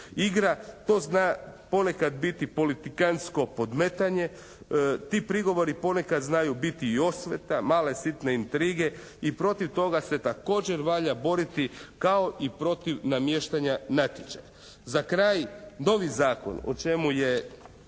igra, to zna ponekad biti politikantsko podmetanje, ti prigovori ponekad znaju biti i osveta, male sitne intrige i protiv toga se također valja boriti kao i protiv namještanja natječaja. Za kraj novi zakon o čemu je